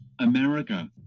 America